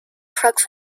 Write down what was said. trucks